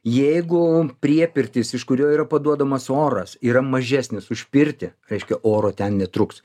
jeigu priepirtis iš kurio yra paduodamas oras yra mažesnis už pirtį reiškia oro ten netruks